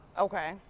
Okay